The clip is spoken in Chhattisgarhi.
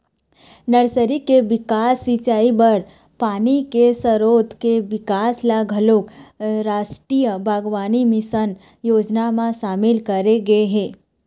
नरसरी के बिकास, सिंचई बर पानी के सरोत के बिकास ल घलोक रास्टीय बागबानी मिसन योजना म सामिल करे गे हे